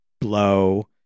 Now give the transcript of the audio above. Blow